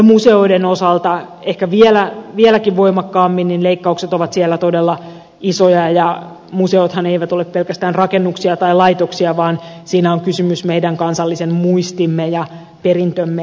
museoiden osalta ehkä vieläkin voimakkaammin leikkaukset ovat siellä todella isoja ja museothan eivät ole pelkästään rakennuksia tai laitoksia vaan siinä on kysymys meidän kansallisen muistimme ja perintömme säilyttämisestä